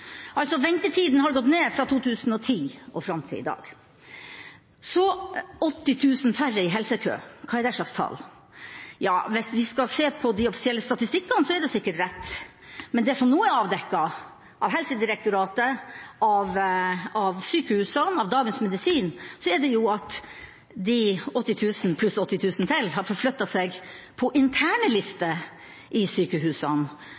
Altså: Ventetidene har gått ned fra 2010 og fram til i dag. Så til 80 000 færre i helsekø – hva er det slags tall? Ja, hvis vi skal se på de offisielle statistikkene, er det sikkert rett, men det som nå er avdekket av Helsedirektoratet, av sykehusene og av Dagens Medisin, er at de 80 000 pluss 80 000 til har forflyttet seg på interne lister i sykehusene,